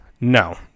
No